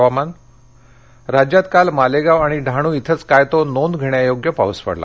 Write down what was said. हवामान राज्यात काल मालेगाव आणि डहाणू इथंच काय तो नोंद घेण्यायोग्य पाउस पडला